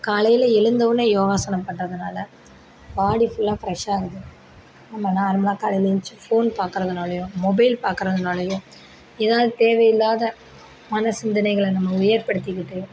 காலையில் எழுந்தோனே யோகாசனம் பண்ணுறதனால பாடி ஃபுல்லாக ஃப்ரெஷ்ஷாகுது நம்ம நார்மலாக காலையில் எழுந்திரிச்ச ஃபோன் பார்க்கறதனாலையோ மொபைல் பார்க்கறதனாலையோ ஏதாது தேவையில்லாத மன சிந்தனைகளை நம்ம ஏற்படுத்திகிட்டு